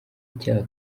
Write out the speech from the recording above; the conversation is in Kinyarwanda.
icyaha